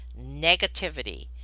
negativity